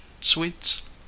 sweets